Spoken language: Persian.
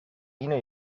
اینو